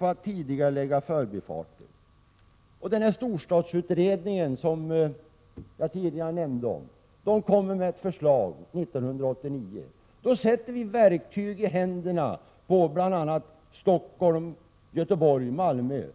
på en tidigareläggning av arbetet med förbifarter. Den storstadsutredning som jag tidigare nämnde kommer att lägga fram förslag 1989. Då sätter vi verktyg i händerna på ansvariga i bl.a. Stockholm, Prot. 1987/88:123 Göteborg och Malmö.